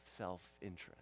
self-interest